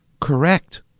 correct